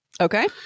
Okay